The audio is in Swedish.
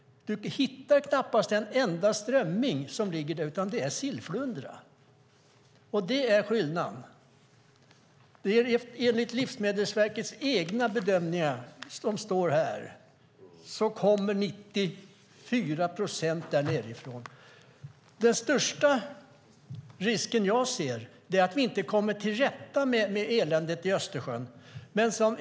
Du hittar knappast en enda strömming där; det är sillflundra. Enligt Livsmedelsverkets egna bedömningar kommer 94 procent från södra Östersjön. Den största risken jag ser är att vi inte kommer till rätta med eländet i Östersjön.